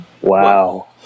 Wow